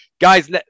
guys